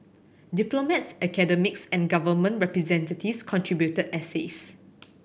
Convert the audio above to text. diplomats academics and government representatives contributed essays